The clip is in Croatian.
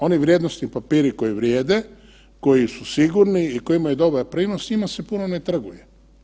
Oni vrijednosni papiri koji vrijede, koji su sigurni i koji imaju dobar prinos njima se puno ne trguje.